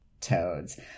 toads